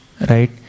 Right